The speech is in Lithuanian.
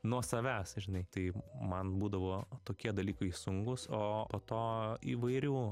nuo savęs žinai tai man būdavo tokie dalykai sunkūs o po to įvairių